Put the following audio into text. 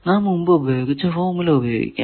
നാം മുമ്പ് ഉപയോഗിച്ച ഫോർമുല ഉപയോഗിക്കാം